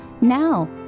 now